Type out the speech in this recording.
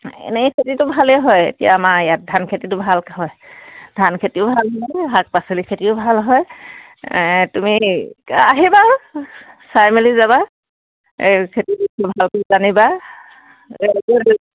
এনেই খেতিটো ভালেই হয় এতিয়া আমাৰ ইয়াত ধান খেতিটো ভাল হয় ধান খেতিও ভাল হয় শাক পাচলি খেতিও ভাল হয় তুমি আহিবা চাই মেলি যাবা এই খেতি ভালটো জানিবা